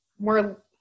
more